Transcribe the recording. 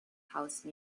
house